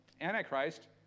Antichrist